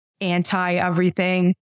anti-everything